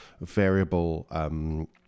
variable